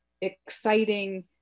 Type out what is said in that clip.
exciting